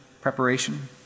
preparation